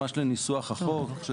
ממש לניסוח החוק.